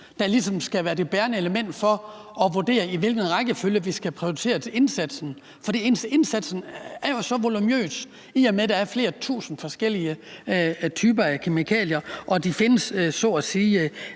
der ligesom skal være det bærende element for at vurdere, i hvilken rækkefølge vi skal prioritere indsatsen? For indsatsen er jo så voluminøs, i og med at der er flere tusind forskellige typer kemikalier og de så at sige